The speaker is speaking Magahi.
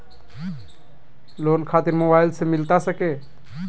लोन खातिर मोबाइल से मिलता सके?